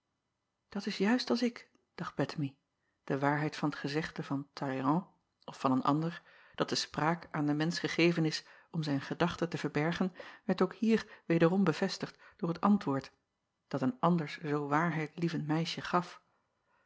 at is juist als ik dacht ettemie de waarheid van het gezegde van alleyrand of van een ander dat de spraak aan den mensch gegeven is om zijn gedachte te verbergen werd ook hier wederom bevestigd door het ant acob van ennep laasje evenster delen woord dat een anders zoo waarheidlievend meisje gaf